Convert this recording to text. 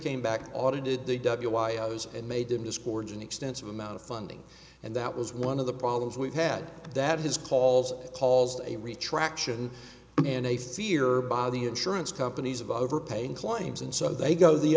came back audited they w y l and made them discords an extensive amount of funding and that was one of the problems we had that his calls caused a retraction and a fear by the insurance companies of overpaying claims and so they go the